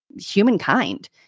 humankind